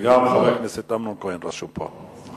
וגם חבר הכנסת אמנון כהן רשום פה.